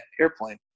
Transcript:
airplane